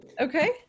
Okay